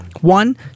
One